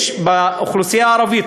באוכלוסייה הערבית,